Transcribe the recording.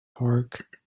park